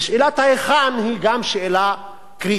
שאלת "היכן" היא גם שאלה קריטית.